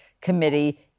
Committee